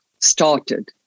started